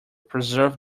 preserves